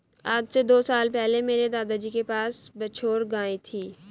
आज से दो साल पहले मेरे दादाजी के पास बछौर गाय थी